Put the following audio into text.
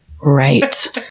Right